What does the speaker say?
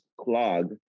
clog